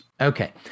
Okay